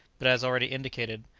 but as already indicated,